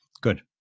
good